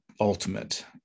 ultimate